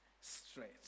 straight